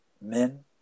men